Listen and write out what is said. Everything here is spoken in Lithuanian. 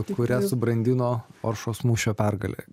kurią subrandino oršos mūšio pergalė